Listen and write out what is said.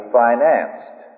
financed